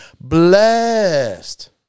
blessed